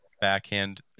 backhand